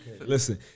Listen